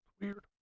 Weird